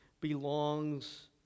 belongs